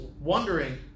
wondering